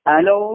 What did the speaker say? Hello